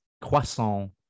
croissant